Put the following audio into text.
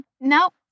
nope